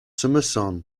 summerson